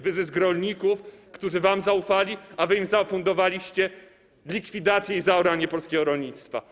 Wyzysk rolników, którzy wam zaufali, a którym zafundowaliście likwidację i zaoranie polskiego rolnictwa.